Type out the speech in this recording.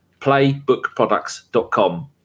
playbookproducts.com